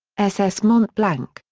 ss mont-blanc,